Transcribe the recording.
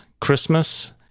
Christmas